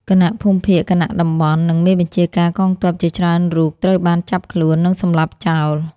គណៈភូមិភាគ គណៈតំបន់ និងមេបញ្ជាការកងទ័ពជាច្រើនរូបត្រូវបានចាប់ខ្លួន និងសម្លាប់ចោល។